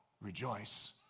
Rejoice